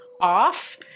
off